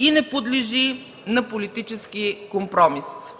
и не подлежи на политически компромис.”